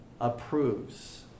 approves